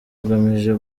ugamije